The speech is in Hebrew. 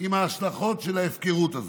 עם ההשלכות של ההפקרות הזאת.